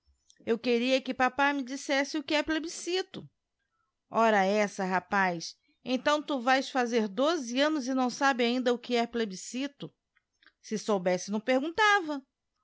eu queria que papá me dissesse que é pieinscito ora essa rapaz então tu vaes fazer doze annos e não sabes ainda o que é plebiscito se soubesse não perguntava